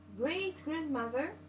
great-grandmother